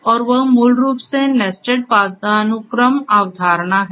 और वह मूल रूप से नेस्टेड पदानुक्रम अवधारणा है